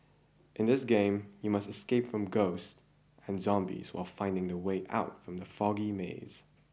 in this game you must escape from ghosts and zombies while finding the way out from the foggy maze